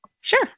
Sure